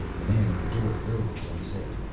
the man at the door rose and said,